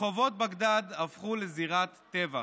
רחובות בגדאד הפכו לזירת טבח.